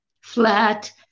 flat